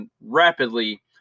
rapidly